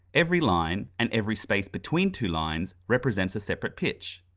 every line and every space between two lines represents a separate pitch.